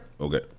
Okay